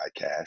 Podcast